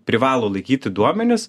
privalo laikyti duomenis